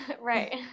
right